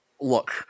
look